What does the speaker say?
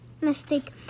Mistake